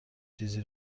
چیزی